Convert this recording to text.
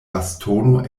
bastono